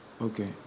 Okay